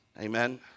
Amen